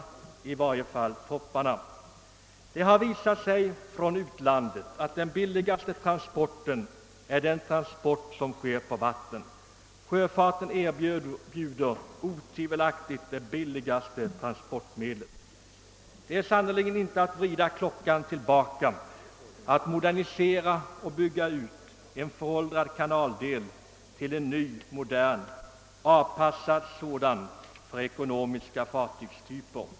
Det har visat sig av erfarenheter från utlandet att den billigaste transporten är den som sker på vattnet. Sjöfarten erbjuder otvivelaktigt det billigaste transportmedlet. Det är sannerligen inte att vrida klockan tillbaka om man moderniserar och bygger ut en föråldrad kanalled till en ny modernt avpassad sådan för ekonomiska fartygstyper.